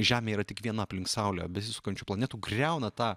žemė yra tik viena aplink saulę besisukančių planetų griauna tą